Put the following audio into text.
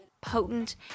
potent